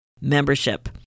membership